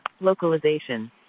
Localization